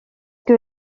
que